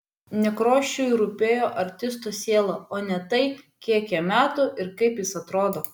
nekrošiui rūpėjo artisto siela o ne tai kiek jam metų ir kaip jis atrodo